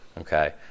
Okay